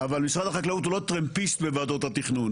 אבל משרד החקלאות הוא לא טרמפיסט בוועדות התכנון,